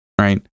right